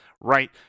right